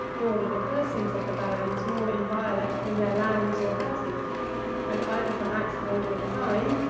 nor were the persons of the barons more inviolate than their lands or houses and, either from accident or design,